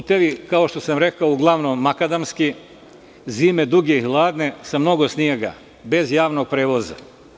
Putevi, kao što sam rekao, uglavnom makadamski, zime duge i hladne sa mnogo snega, bez javnog prevoza.